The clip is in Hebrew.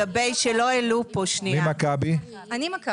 כן,